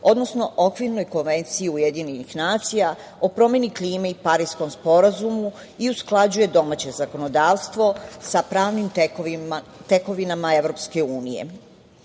odnosno Okvirnoj konvenciji UN o promeni klime i Pariskom sporazumu i usklađuje domaće zakonodavstvo sa pravnim tekovinama EU.Srbija